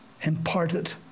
imparted